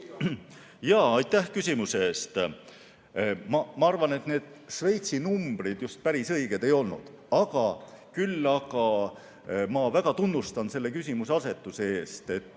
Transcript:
naa. Aitäh küsimuse eest! Ma arvan, et need Šveitsi numbrid päris õiged ei olnud, küll aga ma väga tunnustan selle küsimuseasetuse eest.